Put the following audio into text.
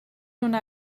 una